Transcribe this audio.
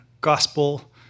gospel